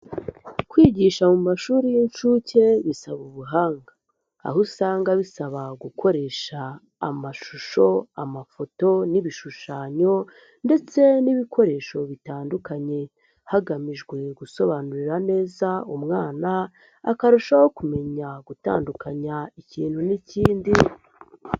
Kwigisha mu mashuri y'inshuke bisaba ubuhanga, aho usanga bisaba gukoresha amashusho, amafoto n'ibishushanyo ndetse n'ibikoresho bitandukanye hagamijwe gusobanurira neza umwana akarushaho kumenya gutandukanya ikintu n'ikindi.